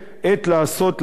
עת לעשות לה',